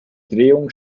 drehung